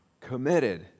committed